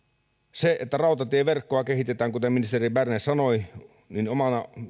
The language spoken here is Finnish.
rautatieverkkoa kehitetään kuten ministeri berner sanoi ja